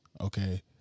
Okay